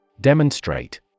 Demonstrate